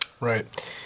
Right